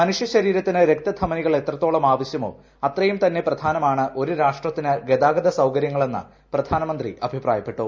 മനുഷ്യശരീരത്തിന് രക്തധമനികൾ എത്രത്തോളം ആവശ്യമോ അത്രയും തന്നെ പ്രധാനമാണ് ഒരു രാഷ്ട്രത്തിന് ഗതാഗതസൌകരൃങ്ങൾ എന്ന് പ്രധാനമന്ത്രി അഭിപ്രായപ്പെട്ടു